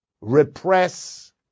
repress